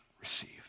Receive